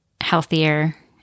healthier